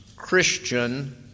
Christian